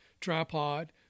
tripod